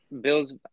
Bills –